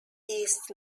east